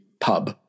pub